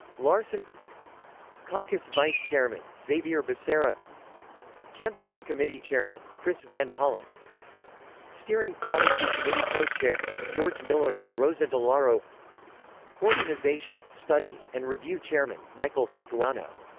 larson caucus vice-chairman xavier becerra campaign committee chairman chris van hollen steering policy committee co-chairs george miller and rosa delauro organization, study, and review chairman michael capuano